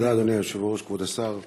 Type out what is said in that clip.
תודה, אדוני היושב-ראש, כבוד השר,